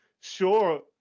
sure